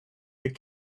that